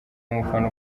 umufana